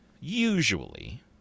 usually